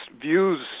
views